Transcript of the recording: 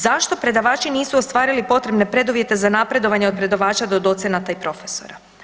Zašto predavači nisu ostvarili potrebne preduvjete za napredovanje od predavača do docenata i profesora?